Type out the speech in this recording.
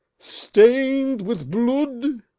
stain'd with blood?